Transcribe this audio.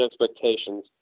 expectations